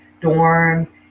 dorms